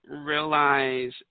realize